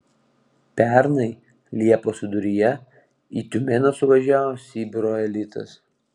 pernai liepos viduryje į tiumenę suvažiavo sibiro elitas